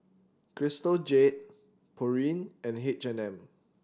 Crystal Jade Pureen and H and M